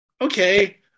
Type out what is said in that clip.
okay